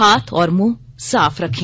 हाथ और मुंह साफ रखें